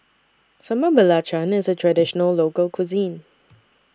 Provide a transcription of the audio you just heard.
Sambal Belacan IS A Traditional Local Cuisine